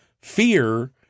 Fear